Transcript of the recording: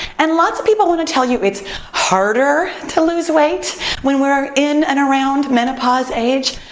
and lots of people wanna tell you it's harder to lose weight when we're in and around menopause age.